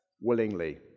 willingly